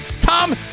Tom